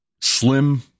slim